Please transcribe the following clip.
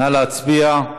נא להצביע.